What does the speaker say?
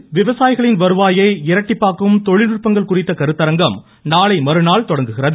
நாமக்கல்லில் விவசாயிகளின் வருவாயை இரட்டிப்பாக்கும் தொழில்நுட்பங்கள் குறித்த கருத்தரங்கம் நாளை மறுநாள் தொடங்குகிறது